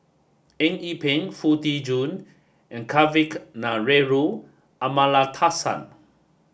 eng Yee Peng Foo Tee Jun and Kavignareru Amallathasan